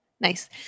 Nice